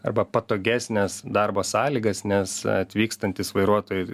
arba patogesnes darbo sąlygas nes atvykstantys vairuotojai